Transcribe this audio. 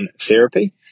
therapy